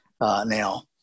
now